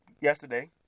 yesterday